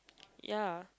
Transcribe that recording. ya